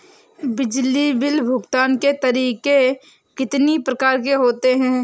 बिजली बिल भुगतान के तरीके कितनी प्रकार के होते हैं?